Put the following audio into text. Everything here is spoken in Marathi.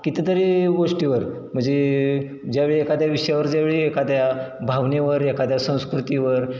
कितीतरी गोष्टीवर म्हणजे ज्यावेळी एखाद्या विषयावर ज्यावेळी एखाद्या भावनेवर एखाद्या संस्कृतीवर